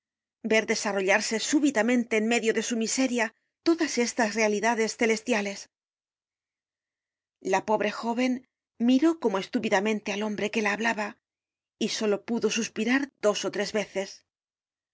ver desarrollarse súbitamente en medio de su miseria todas estas realidades celestiales la pobre jóven miró como estúpidamente al hombre que la hablaba y solo pudo suspirar dos ó tres veces